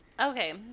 Okay